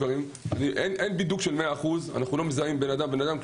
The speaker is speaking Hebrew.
אין בידוק של 100%, אנחנו לא מזהים אדם-אדם.